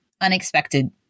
unexpected